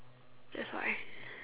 that's why